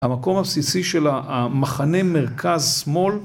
המקום הבסיסי של המחנה מרכז-שמאל